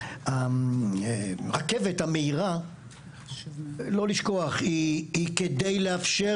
לא לשכוח שהרכבת המהירה היא גם כדי לאפשר